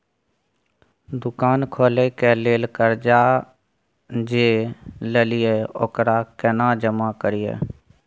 दुकान खोले के लेल कर्जा जे ललिए ओकरा केना जमा करिए?